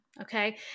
Okay